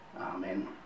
Amen